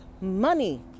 money